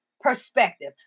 perspective